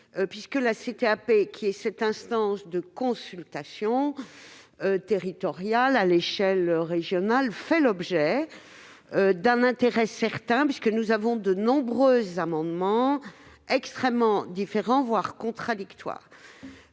bal de la CTAP. Cette instance de consultation territoriale à l'échelle régionale fait l'objet d'un intérêt certain. De nombreux amendements, extrêmement différents, voire contradictoires,